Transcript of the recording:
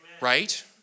Right